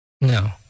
no